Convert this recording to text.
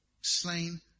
slain